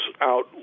out